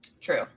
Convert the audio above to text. True